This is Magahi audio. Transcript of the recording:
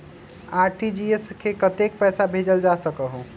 आर.टी.जी.एस से कतेक पैसा भेजल जा सकहु???